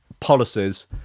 Policies